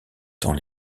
temps